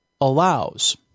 allows